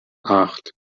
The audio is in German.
acht